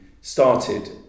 started